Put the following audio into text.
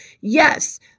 yes